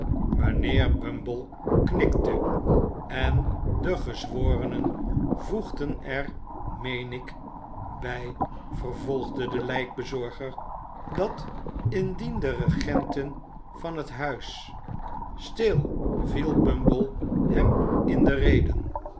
mijnheer bumble knikte en de gezworenen voegden er meen ik bij vervolgde de lijkbezorger dat indien de regenten van het huis stil viel bumble hem in de rede